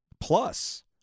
plus